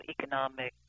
economic